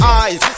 eyes